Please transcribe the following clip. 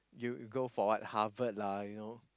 you go for what Harvard lah you know